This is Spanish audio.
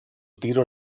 tiro